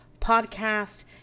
podcast